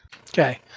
Okay